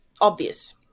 obvious